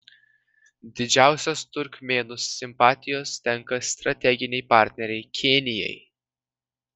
didžiausios turkmėnų simpatijos tenka strateginei partnerei kinijai